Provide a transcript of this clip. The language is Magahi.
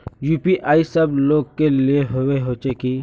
यु.पी.आई सब लोग के लिए होबे होचे की?